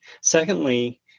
Secondly